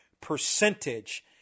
percentage